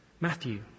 Matthew